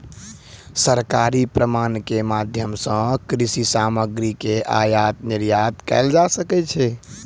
सरकारी प्रमाणपत्र के माध्यम सॅ कृषि सामग्री के आयात निर्यात कयल जा सकै छै